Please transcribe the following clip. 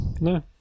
No